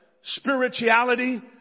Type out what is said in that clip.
Spirituality